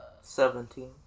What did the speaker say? seventeen